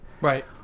Right